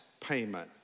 payment